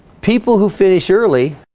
people who finish early